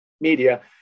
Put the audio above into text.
media